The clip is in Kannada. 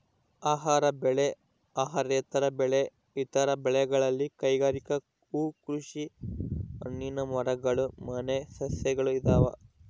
ಆಹಾರ ಬೆಳೆ ಅಹಾರೇತರ ಬೆಳೆ ಇತರ ಬೆಳೆಗಳಲ್ಲಿ ಕೈಗಾರಿಕೆ ಹೂಕೃಷಿ ಹಣ್ಣಿನ ಮರಗಳು ಮನೆ ಸಸ್ಯಗಳು ಇದಾವ